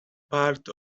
part